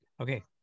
Okay